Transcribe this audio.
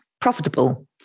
profitable